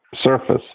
surface